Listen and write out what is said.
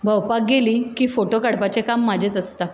भोंवपाक गेली की फोटो काडपाचें काम म्हाजेच आसता